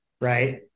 right